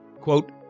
Quote